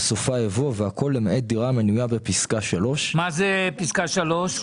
בסופה יבוא "והכול למעט דירה המנויה בפסקה (3)"; מה זה פסקה 3?